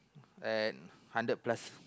and hundred plus